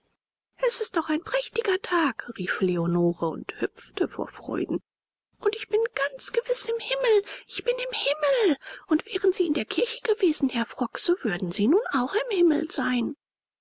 es ist doch ein prächtiger tag rief leonore und hüpfte vor freuden ich bin ganz gewiß im himmel ich bin im himmel und wären sie in der kirche gewesen herr frock so würden sie nun auch im himmel sein